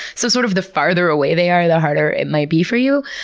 so sort of the farther away they are, the harder it might be for you.